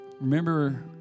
Remember